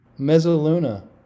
Mezzaluna